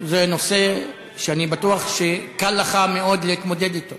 זה נושא שאני בטוח שקל לך מאוד להתמודד אתו.